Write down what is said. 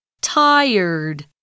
Tired